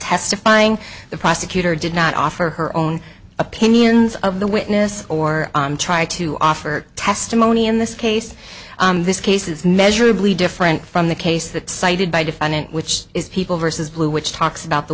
testifying the prosecutor did not offer her own opinions of the witness or try to offer testimony in this case this case is measurably different from the case that cited by defendant which is people versus blue which talks about the